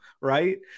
Right